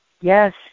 Yes